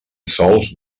sols